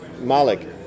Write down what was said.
Malik